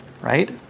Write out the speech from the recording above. right